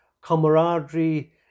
camaraderie